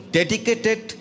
dedicated